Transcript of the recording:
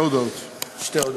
שתי הודעות.